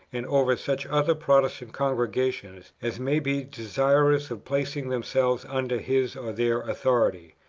and over such other protestant congregations, as may be desirous of placing themselves under his or their authority.